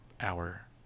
hour